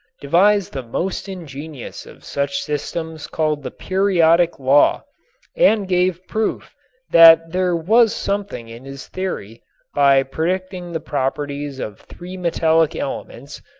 devised the most ingenious of such systems called the periodic law and gave proof that there was something in his theory by predicting the properties of three metallic elements,